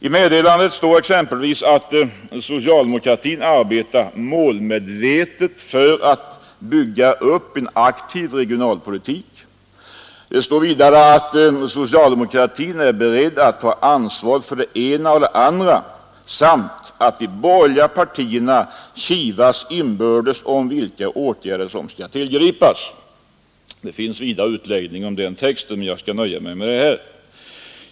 I meddelandet står exempelvis att socialdemokratin arbetar målmedvetet för att bygga upp en aktiv regionalpolitik, att socialdemokratin är beredd att ta ansvaret för det ena och det andra samt att de borgerliga partierna kivas inbördes om vilka åtgärder som skall tillgripas. Texten utläggs ytterligare om detta, men jag skall nöja mig med det nu anförda.